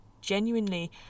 genuinely